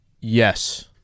Yes